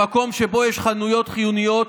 במקום שבו יש חנויות חיוניות.